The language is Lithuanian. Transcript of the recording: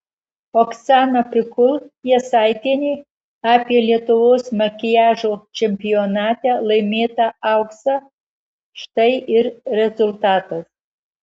oksana pikul jasaitienė apie lietuvos makiažo čempionate laimėtą auksą štai ir rezultatas